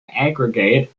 aggregate